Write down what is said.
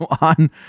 on